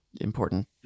important